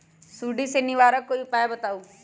सुडी से निवारक कोई उपाय बताऊँ?